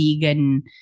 vegan